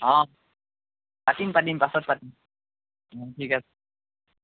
অঁ পাতিম পাতিম পাছত পাতিম অঁ ঠিক আছে